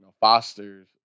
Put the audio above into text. Fosters